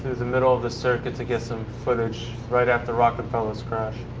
the middle of the circuit to get some footage right after rockenfeller's crash.